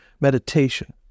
meditation